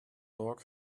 dog